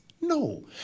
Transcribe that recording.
No